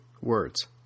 words